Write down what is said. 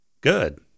Good